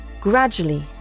gradually